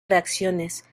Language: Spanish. reacciones